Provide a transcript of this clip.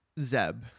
Zeb